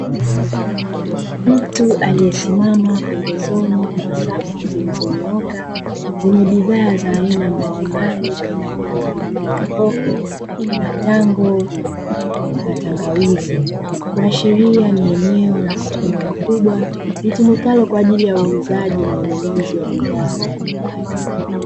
Mtu aliyesimama pembezoni mwa safu zilizonyooka zenye bidhaa za aina mbalimbali kama vile; pilipili hoho, matango na tangawizi. Kuashiria ni eneo la duka kubwa litumikalo kwa ajili ya uuzaji na ununuzi wa bidhaa mbalimbali.